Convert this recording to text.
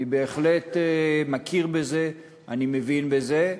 אני בהחלט מכיר בזה, אני מבין בזה.